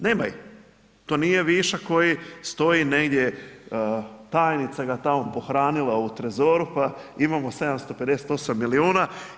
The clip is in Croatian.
Nema ih, to nije višak koji stoji negdje, tajnica ga tamo pohranila u trezoru pa imamo 758 milijuna.